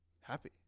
happy